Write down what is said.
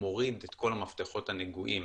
מוריד את כל המפתחות הנגועים